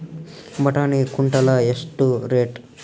ಬಟಾಣಿ ಕುಂಟಲ ಎಷ್ಟು ರೇಟ್?